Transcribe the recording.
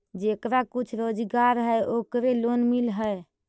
जेकरा कुछ रोजगार है ओकरे लोन मिल है?